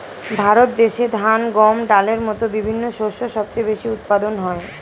ভারত দেশে ধান, গম, ডালের মতো বিভিন্ন শস্য সবচেয়ে বেশি উৎপাদন হয়